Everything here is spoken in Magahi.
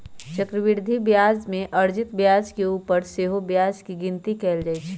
चक्रवृद्धि ब्याज में अर्जित ब्याज के ऊपर सेहो ब्याज के गिनति कएल जाइ छइ